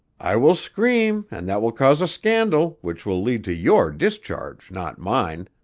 i will scream, and that will cause a scandal which will lead to your discharge, not mine